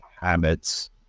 habits